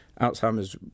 Alzheimer's